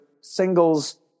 singles